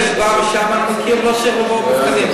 רופא שבא משם, אני מכיר, לא צריך לעבור מבחנים.